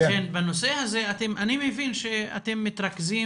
בנושא הזה אני מבין שאתם מתרכזים